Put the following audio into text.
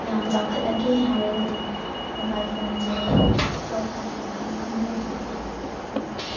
ꯀꯌꯥꯝ ꯆꯥꯎꯈꯠꯂꯒꯦ ꯍꯥꯏꯔꯒꯗꯤ ꯃꯣꯕꯥꯏꯜ ꯐꯣꯟꯁꯦ ꯐ꯭ꯂꯤꯞ ꯐ꯭ꯂꯣꯞ ꯀꯥꯏꯅ ꯃꯈꯟ ꯃꯈꯟꯖꯨ ꯌꯥꯝ ꯊꯣꯛꯑꯦ ꯌꯥꯝ ꯐꯩ